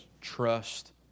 Trust